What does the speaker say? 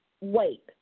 Wait